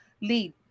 lead